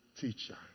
teacher